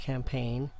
campaign